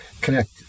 connect